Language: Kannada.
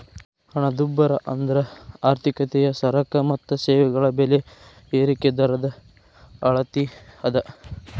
ಹಣದುಬ್ಬರ ಅಂದ್ರ ಆರ್ಥಿಕತೆಯ ಸರಕ ಮತ್ತ ಸೇವೆಗಳ ಬೆಲೆ ಏರಿಕಿ ದರದ ಅಳತಿ ಅದ